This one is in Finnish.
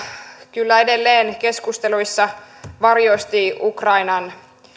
kyllä edelleen keskusteluja varjosti ukrainan